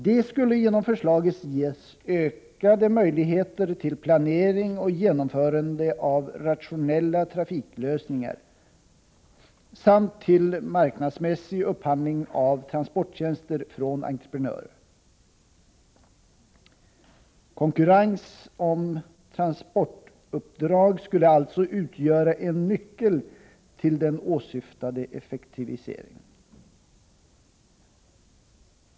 De skulle genom förslaget ges ökade möjligheter till planering och genomförande av rationella trafiklösningar samt till marknadsmässig upphandling av transporttjänster från entreprenörer. Konkurrens om transportuppdrag skulle alltså utgöra en nyckel till den åsyftade effektiviseringen.